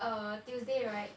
err tuesday right